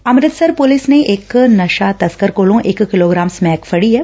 Amritsar police ਨੇ ਇਕ ਨਸ਼ਾ ਤਸਕਰ ਕੋਲੋ ਇਕ ਕਿਲੋਗਰਾਮ ਸਮੈਕ ਫਡੀ ਏ